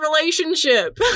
relationship